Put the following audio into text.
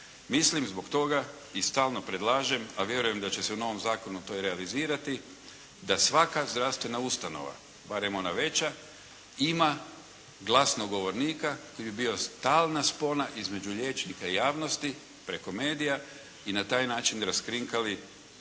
Mislim zbog toga, i stalno predlažem, a vjerujem da će se u novom zakonu to i realizirati da svaka zdravstvena ustanova, barem ona veća ima glasnogovornika koji bi bio stalna spona između liječnika i javnosti preko medija i na taj način mogli